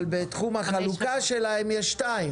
אבל בתחום החלוקה שלהם יש שתיים.